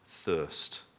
thirst